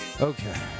Okay